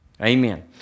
Amen